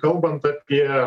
kalbant apie